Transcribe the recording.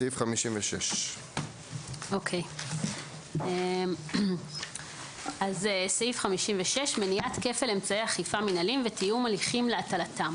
סעיף 56. 56.מניעת כפל אמצעי אכיפה מינהליים ותיאום הליכים להטלתם